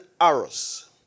arrows